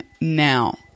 now